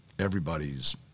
everybody's